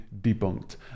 debunked